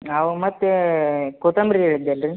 ಅವು ಮತ್ತೆ ಕೊತ್ತಂಬರಿ ಹೇಳಿದ್ದೆಲ್ಲ ರೀ